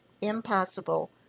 impossible